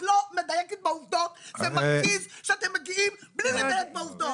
לא מדייקת בעובדות! זה מרגיז שאתם מגיעים בלי לדייק בעובדות!